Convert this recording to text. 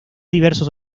diversos